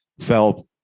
fell